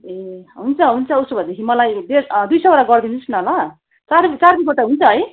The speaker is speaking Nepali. ए हुन्छ हुन्छ उसो भएदेखि मलाई डेढ दुई सयवटा गरिदिनु होस् न ल तर चार रुप्पे गोटा हुन्छ है